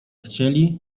chcieli